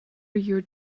you